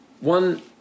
One